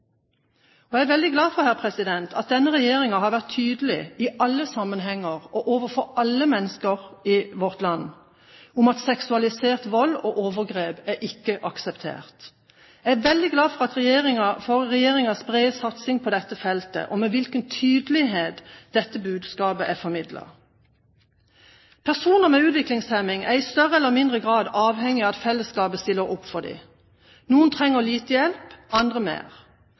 Jeg er veldig glad for at denne regjeringen har vært tydelig i alle sammenhenger, og overfor alle mennesker i vårt land, på at seksualisert vold og overgrep ikke er akseptert. Jeg er veldig glad for regjeringens brede satsing på dette feltet og med hvilken tydelighet dette budskapet er formidlet. Personer med utviklingshemming er i større eller mindre grad avhengig av at fellesskapet stiller opp for dem. Noen trenger lite hjelp, andre mer.